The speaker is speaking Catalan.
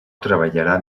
treballarà